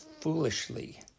foolishly